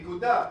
נקודה.